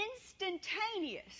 instantaneous